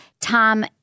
Tom